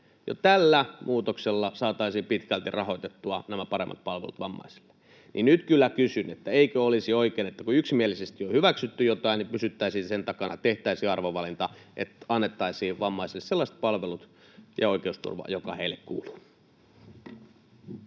tällä muutoksella saataisiin pitkälti rahoitettua nämä paremmat palvelut vammaisille. Nyt kyllä kysyn: eikö olisi oikein, että kun yksimielisesti on hyväksytty jotain, niin pysyttäisiin sen takana, tehtäisiin arvovalinta, että annettaisiin vammaisille sellaiset palvelut ja oikeusturva, jotka heille kuuluvat?